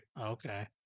Okay